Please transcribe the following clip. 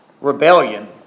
Rebellion